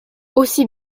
aussi